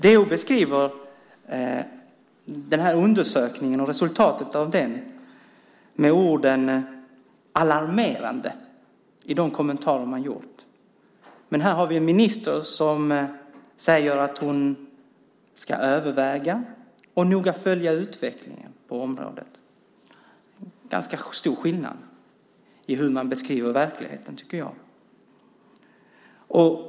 DO beskriver undersökningens resultat som "alarmerande" i de kommentarer man gjort. Men här har vi en minister som säger att hon ska överväga saken och noga följa utvecklingen på området. Det är ganska stora skillnader i hur man beskriver verkligheten, tycker jag.